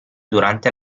durante